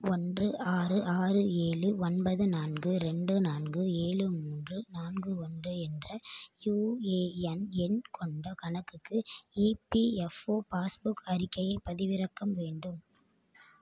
ஒன்று ஆறு ஆறு ஏழு ஒன்பது நான்கு ரெண்டு நான்கு ஏழு மூன்று நான்கு ஒன்று என்ற யூஏஎன் எண் கொண்ட கணக்குக்கு ஈபிஎப்ஒ பாஸ்புக் அறிக்கையை பதிவிறக்கம் வேண்டும்